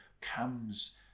comes